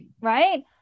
Right